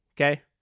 Okay